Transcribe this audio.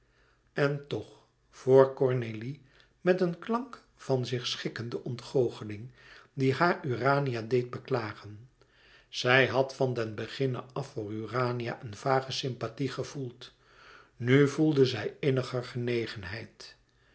en toch voor cornélie met een klank van zich schikkende ontgoocheling die haar urania deed beklagen zij had van den begin af voor urania een vage sympathie gevoeld nu voelde zij inniger genegenheid